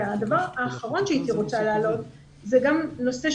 הדבר האחרון שהייתי רוצה להעלות זה גם נושא,